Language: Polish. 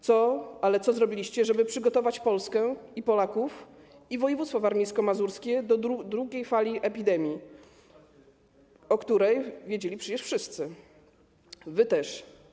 Co zrobiliście, żeby przygotować Polskę i Polaków, i województwo warmińsko-mazurskie, do drugiej fali epidemii, o której wiedzieli przecież wszyscy, wy też?